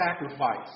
sacrifice